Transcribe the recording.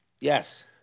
Yes